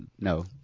No